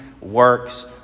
works